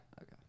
okay